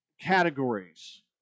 categories